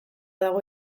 dago